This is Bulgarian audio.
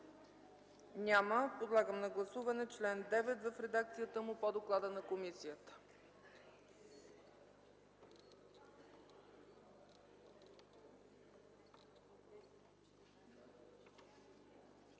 Няма. Подлагам на гласуване § 9 в редакцията по доклада на комисията.